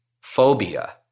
phobia